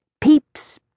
peeps